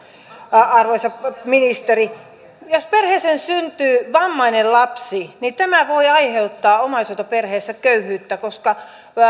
arvoisa ministeri jos perheeseen syntyy vammainen lapsi niin tämä voi aiheuttaa omaishoitoperheessä köyhyyttä koska